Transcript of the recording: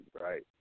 right